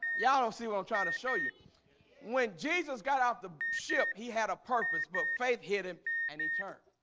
y'all don't see what i'm trying to show you when jesus got off the ship he had a purpose but faith hit him and he turned